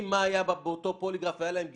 מה היה באותו פוליגרף והייתה להם גישה,